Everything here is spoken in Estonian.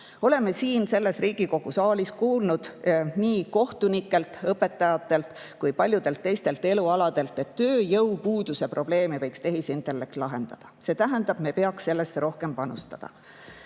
Oleme siin Riigikogu saalis kuulnud nii kohtunikelt, õpetajatelt kui ka paljude teiste elualade [esindajatelt], et tööjõupuuduse probleeme võiks tehisintellekt lahendada, see tähendab, et me peaks sellesse rohkem panustama.